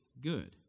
good